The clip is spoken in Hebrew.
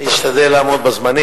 אני אשתדל לעמוד בזמנים.